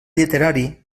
literari